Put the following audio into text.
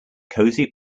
cosy